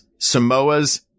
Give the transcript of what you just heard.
Samoas